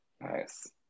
Nice